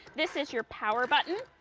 this is your power button,